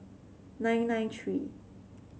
nine nine three